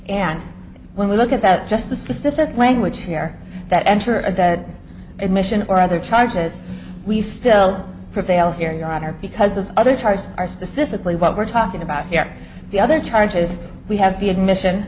and when we look at that just the specific language here that enter and that admission or other charges we still prevail here your honor because those other charges are specifically what we're talking about here the other charges we have the admission